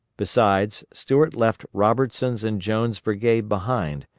besides, stuart left robertson's and jones' brigades behind,